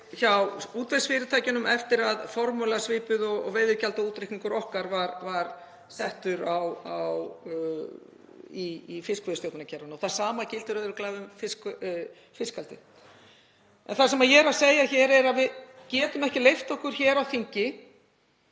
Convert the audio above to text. hjá útvegsfyrirtækjum eftir að formúla svipuð og veiðigjaldaútreikningur okkar var sett á í fiskveiðistjórnarkerfinu. Það sama gildir örugglega um fiskeldi. Það sem ég er að segja hér er að við getum ekki leyft okkur hér á þingi